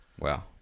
wow